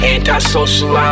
Antisocial